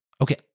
Okay